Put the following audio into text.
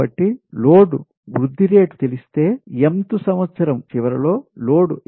కాబట్టి లోడ్ వృద్ధి రేటు తెలిస్తే సంవత్సరం చివరి లో లోడ్ ఇవ్వబడింది